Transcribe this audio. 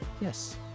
yes